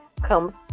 comes